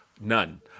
none